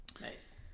Nice